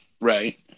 Right